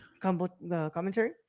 commentary